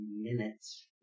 minutes